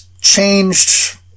changed